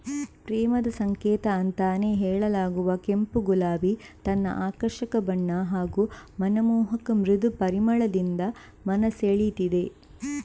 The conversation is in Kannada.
ಪ್ರೇಮದ ಸಂಕೇತ ಅಂತಾನೇ ಹೇಳಲಾಗುವ ಕೆಂಪು ಗುಲಾಬಿ ತನ್ನ ಆಕರ್ಷಕ ಬಣ್ಣ ಹಾಗೂ ಮನಮೋಹಕ ಮೃದು ಪರಿಮಳದಿಂದ ಮನ ಸೆಳೀತದೆ